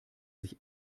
sich